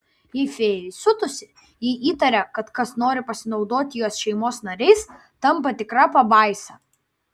jei fėja įsiutusi jei įtaria kad kas nori pasinaudoti jos šeimos nariais tampa tikra pabaisa